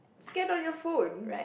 scan on your phone